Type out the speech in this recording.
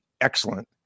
excellent